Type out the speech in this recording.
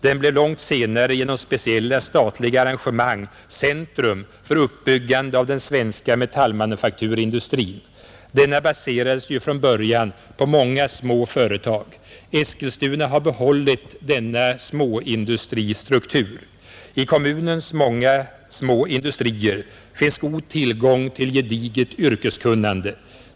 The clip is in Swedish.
Den blev långt senare genom speciella statliga arrangemang centrum för uppbyggande av den svenska metallmanufakturindustrin. Denna baserades ju från början på många små företag. Eskilstuna har behållit denna småindustristruktur. I kommunens många små industrier finns god tillgång till gediget yrkeskunnande.